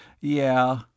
Yeah